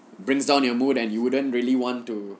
brings down your mood and you wouldn't really want to